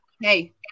hey